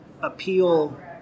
appeal